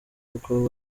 kuko